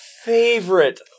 favorite